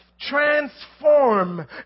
transform